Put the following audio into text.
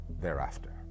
thereafter